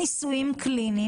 בניסיון מסוים.